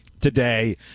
Today